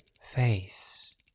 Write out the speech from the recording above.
face